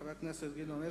חבר הכנסת גדעון עזרא,